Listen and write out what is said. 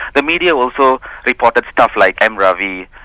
the media also reported stuff like m ravi,